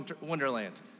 Wonderland